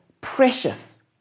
precious